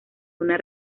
una